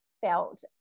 felt